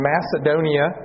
Macedonia